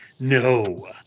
No